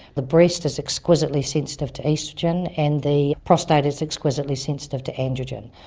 the breast is exquisitely sensitive to oestrogen, and the prostate is exquisitely sensitive to androgen.